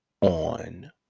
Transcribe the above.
on